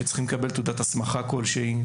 צריכים לקבל תעודת הסמכה כלשהי.